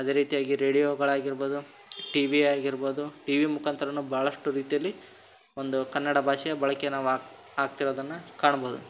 ಅದೇ ರೀತಿಯಾಗಿ ರೇಡಿಯೋಗಳಾಗಿರ್ಬೋದು ಟಿವಿ ಆಗಿರ್ಬೋದು ಟಿವಿ ಮುಖಾಂತರನೂ ಭಾಳಷ್ಟು ರೀತಿಯಲ್ಲಿ ಒಂದು ಕನ್ನಡ ಭಾಷೆಯು ಬಳಕೆ ನಾವು ಆಗಿ ಆಗ್ತಿರೋದನ್ನು ಕಾಣ್ಬೋದು